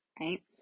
right